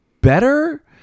better